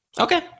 Okay